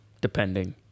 depending